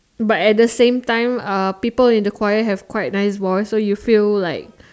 but at the same time uh people in the choir have quite nice voice so you feel like